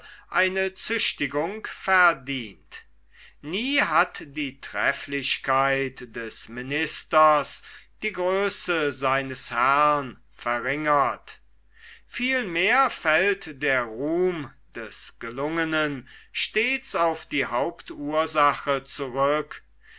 eine züchtigung verdient nie hat die trefflichkeit des ministers die größe seines herrn verringert vielmehr fällt der ruhm des gelungenen stets auf die hauptursache zurück